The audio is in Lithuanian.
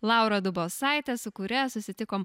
laura dubosaitė su kuria susitikom